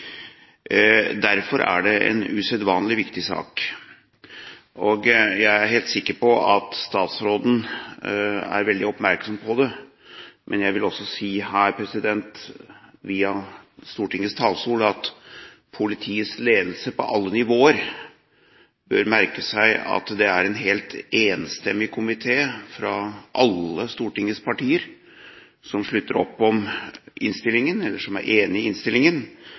Derfor er det en usedvanlig viktig sak. Jeg er helt sikker på at statsråden er veldig oppmerksom på det. Jeg vil også si her, via Stortingets talerstol, at politiets ledelse på alle nivåer bør merke seg at det er en helt enstemmig komité, alle Stortingets partier, som slutter opp om innstillingen, og som er enig i